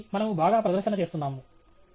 కాబట్టి మనము బాగా ప్రదర్శన చేస్తున్నాము